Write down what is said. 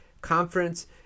conference